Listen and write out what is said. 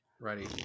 Ready